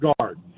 guard